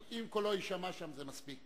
אם קולו יישמע שם, זה מספיק.